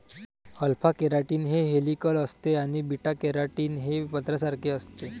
alpha keratin हे helical असते आणि बीटा केराटीन हे पत्र्यासारखे असते